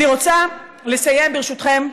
אני רוצה לסיים, ברשותכם,